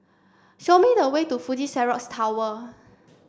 show me the way to Fuji Xerox Tower